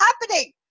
happening